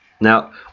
Now